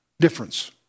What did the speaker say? difference